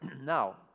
Now